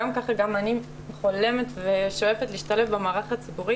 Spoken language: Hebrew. כך גם אני חולמת ושואפת להשתלב במערך הציבורי